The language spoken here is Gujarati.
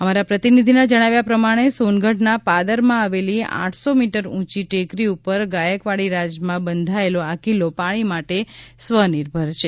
અમારા પ્રતિનિધિના જણાવ્યા પ્રમાણે સોનગઢના પાદરમાં આવેલી આઠસો મીટર ઊંચી ટેકરી ઉપર ગાયકવાડી રાજમાં બંધાયેલો આ કિલ્લો પાણી માટે સ્વનિર્ભર છે